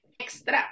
extra